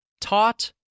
Taught